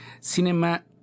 cinema